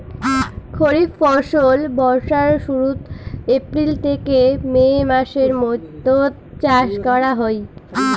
খরিফ ফসল বর্ষার শুরুত, এপ্রিল থেকে মে মাসের মৈধ্যত চাষ করা হই